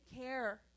care